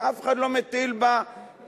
שאף אחד לא מטיל בה דופי,